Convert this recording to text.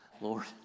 Lord